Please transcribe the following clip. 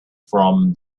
from